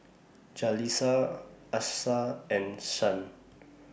Jaleesa Achsah and Shan